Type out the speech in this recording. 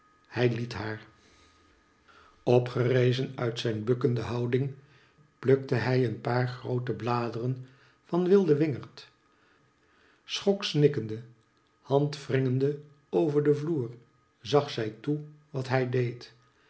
hij liet haar opgerezen uit zijn bukkende houding plukte hij een paar groote bladeren van wilde wingerd schoksnikkende handwringende over den vloer zag zij toe wat hij deed